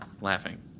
laughing